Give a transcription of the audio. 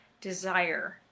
desire